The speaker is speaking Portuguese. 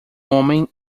homem